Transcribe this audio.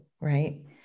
right